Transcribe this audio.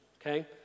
Okay